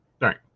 Right